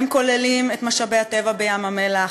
הם כוללים את משאבי הטבע בים-המלח,